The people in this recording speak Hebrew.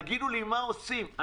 תגידו לי מה עושים.